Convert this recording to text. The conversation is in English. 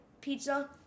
pizza